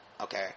okay